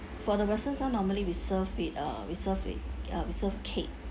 for the western one normally we serve with uh we serve with uh we serve cake